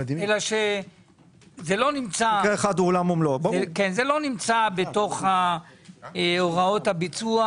אבל זה לא נמצא בתוך הוראות הביצוע,